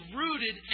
rooted